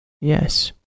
yes